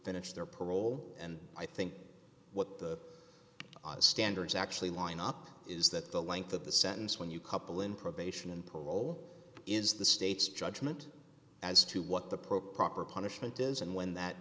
finished their parole and i think what the standards actually line up is that the length of the sentence when you couple in probation and parole is the state's judgment as to what the pro proper punishment is and